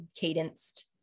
cadenced